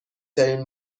ترین